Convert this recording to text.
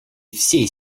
всей